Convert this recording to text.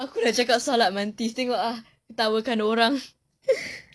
aku sudah cakap solat mantis tengok lah ketawakan orang